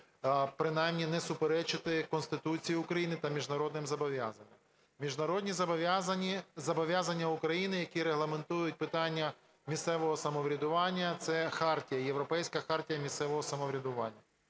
принаймні не суперечити Конституції України та міжнародним зобов'язанням. Міжнародні зобов'язання України, які регламентують питання місцевого самоврядування, - це хартія, Європейська хартія місцевого самоврядування.